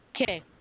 okay